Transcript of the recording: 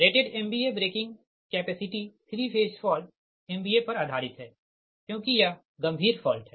rated MVA breaking capacity 3 phase fault MVA पर आधारित है क्योंकि यह गंभीर फॉल्ट है